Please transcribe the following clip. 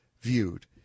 viewed